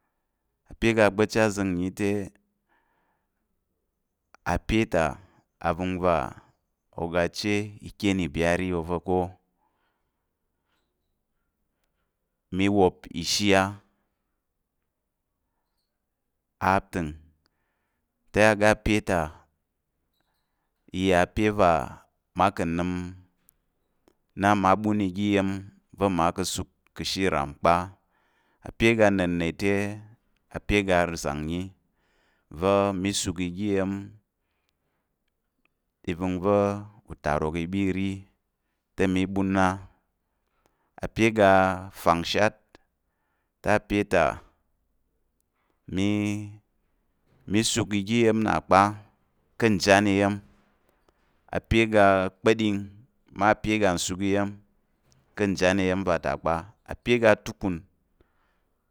Ape aga gba̱pchi azəng ǹnyite, ape avəngva oga ache ikyén ibyiri ova̱ ko mi wop ishi atəm i yà ape va mma ka̱ nəm nna ma ɓən iya̱m va̱ mma ka̱ suk ka̱ ashe ìram kpa, ape aga nnəna̱n te ape arəzang nnyi va mi suk oga iya̱m ivəngva̱ utarok i ɓa i ri, te mi ɓən na, ape aga fangshat te ape mi suk ga iya̱m nna kpa ka̱ njan iya̱m, ape age kpa̱ɗing mma ape aga suk iya̱m ká̱ njan iya̱m va ta kpa, ape aga tukun